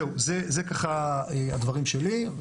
אלה הדברים שלי.